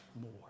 more